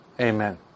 Amen